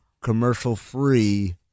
commercial-free